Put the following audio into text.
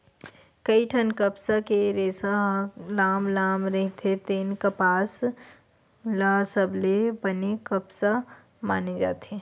कइठन कपसा के रेसा ह लाम लाम रहिथे तेन कपसा ल सबले बने कपसा माने जाथे